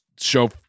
show